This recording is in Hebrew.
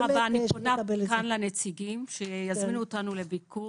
לנציגים שיזמינו אותנו לביקור.